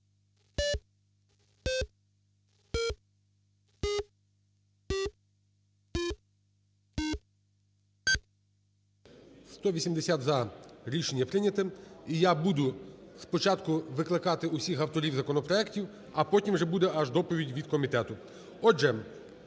За-180 Рішення прийнято. І я буду спочатку викликати всіх авторів законопроектів, а потім вже буде аж доповідь від комітету.